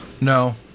No